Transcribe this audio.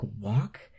walk